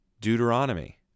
Deuteronomy